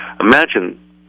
Imagine